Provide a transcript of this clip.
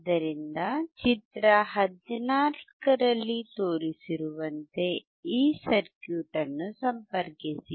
ಆದ್ದರಿಂದ ಚಿತ್ರ 14 ರಲ್ಲಿ ತೋರಿಸಿರುವಂತೆ ಈ ಸರ್ಕ್ಯೂಟ್ ಅನ್ನು ಸಂಪರ್ಕಿಸಿ